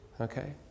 Okay